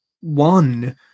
one